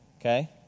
okay